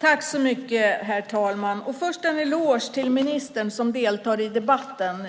Herr talman! Jag ska först ge en eloge till ministern för att hon deltar i debatten.